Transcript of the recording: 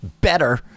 better